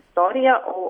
istorija o